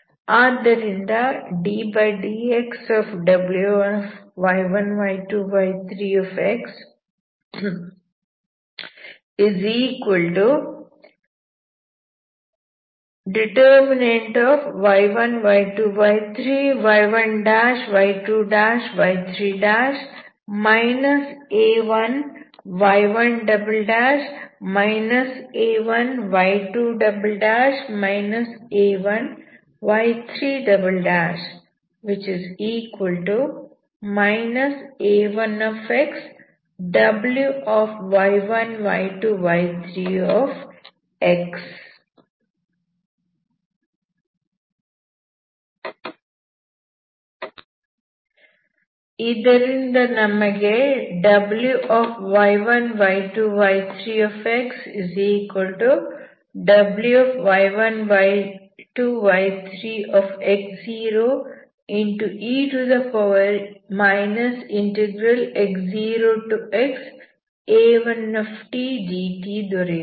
ಆದ್ದರಿಂದ ಇದರಿಂದ ನಮಗೆ Wy1 y2 y3xWy1 y2 y3x0e x0xa1tdt ದೊರೆಯುತ್ತದೆ